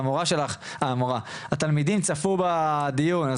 שהתלמידים צפו בדיון.